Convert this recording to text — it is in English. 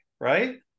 right